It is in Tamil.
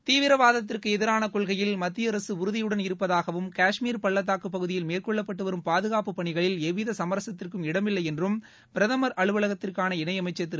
தீவிரவாதத்திற்கு எதிரான கொள்கையில் மத்திய அரசு உறுதியுடன் இருப்பதாகவும் கஷ்மீர் பள்ளத்தாக்குப் பகுதியில் மேற்கொள்ளப்பட்டு வரும் பாதுகாப்பு பணிகளில் எவ்வித சுமரசத்திற்கும் இடமில்லை என்றும் பிரதமா அலுவலகத்திற்கான இணையமைச்சா் திரு